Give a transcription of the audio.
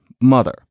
mother